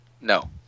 no